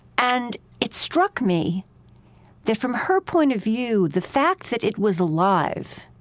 and it struck me that, from her point of view, the fact that it was alive